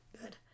Good